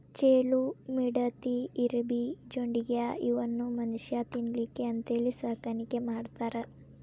ಚೇಳು, ಮಿಡತಿ, ಇರಬಿ, ಜೊಂಡಿಗ್ಯಾ ಇವನ್ನು ಮನುಷ್ಯಾ ತಿನ್ನಲಿಕ್ಕೆ ಅಂತೇಳಿ ಸಾಕಾಣಿಕೆ ಮಾಡ್ತಾರ